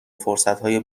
فرصتهای